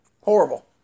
Horrible